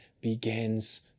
begins